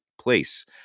place